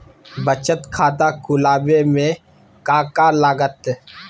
बचत खाता खुला बे में का का लागत?